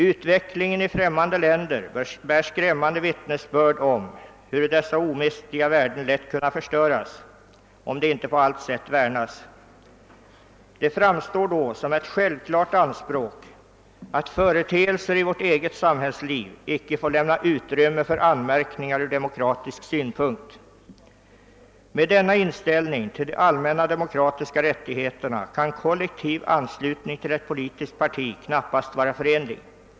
——— Utvecklingen i främmande länder bär skrämmande vittnesbörd om huru dessa omistliga värden lätt kunna förloras, om de icke på allt sätt värnas. Det framstår då som ett självklart anspråk, att företeelser i vårt eget samhällsliv icke få lämna utrymme för anmärkningar ur demokratisk synpunkt. Med denna inställning till de allmänna demokratiska rättigheterna kan kollektiv anslutning till ett politiskt parti knappast vara förenlig.